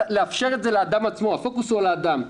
לאפשר את זה לאדם עצמו, הפוקוס הוא על האדם.